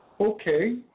Okay